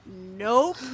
Nope